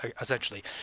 essentially